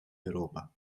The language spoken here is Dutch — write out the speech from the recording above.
europa